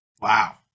Wow